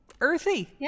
earthy